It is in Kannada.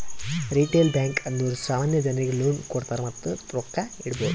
ರಿಟೇಲ್ ಬ್ಯಾಂಕ್ ಅಂದುರ್ ಸಾಮಾನ್ಯ ಜನರಿಗ್ ಲೋನ್ ಕೊಡ್ತಾರ್ ಮತ್ತ ರೊಕ್ಕಾ ಇಡ್ಬೋದ್